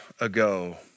ago